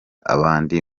abandi